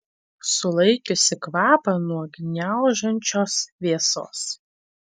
sulaikiusi kvapą nuo gniaužiančios vėsos